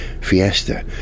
Fiesta